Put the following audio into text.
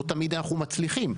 לא תמיד אנחנו מצליחים.